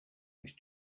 ist